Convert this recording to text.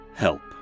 help